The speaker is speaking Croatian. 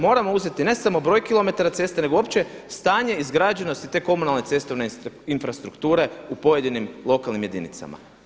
Moramo uzeti ne samo broj kilometara ceste nego uopće stanje izgrađenosti te komunalne cestovne infrastrukture u pojedinim lokalnim jedinicama.